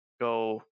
go